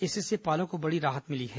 इससे पालकों को बड़ी राहत मिली है